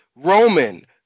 Roman